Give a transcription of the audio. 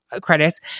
credits